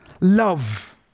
love